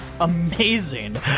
amazing